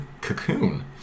cocoon